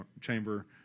chamber